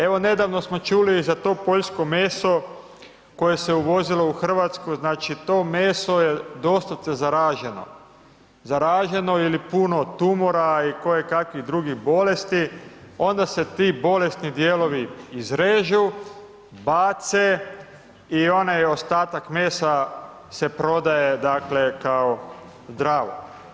Evo nedavno smo čuli i za to poljsko meso koje se uvozilo u RH, znači, to meso je doslovce zaraženo, zaraženo ili puno tumora i kojekakvih drugih bolesti, onda se ti bolesni dijelovi izrežu, bace i onaj ostatak mesa se prodaje, dakle, kao zdravo.